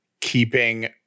keeping